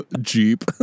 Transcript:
jeep